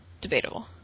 debatable